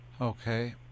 Okay